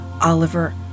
Oliver